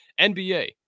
NBA